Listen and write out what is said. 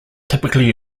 typically